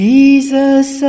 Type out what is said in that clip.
Jesus